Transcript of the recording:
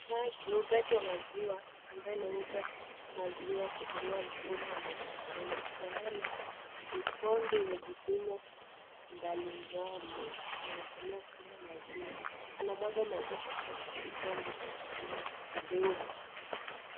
Muuzaji wa maziwa ambaye anauza maziwa kutumia mfumo wa elektroniki ambaye ana vikombe yenye vipimo mbalimbali anayetumia kupima maziwa, anamwaga maziwa katika kikombe cha kipimo kidogo.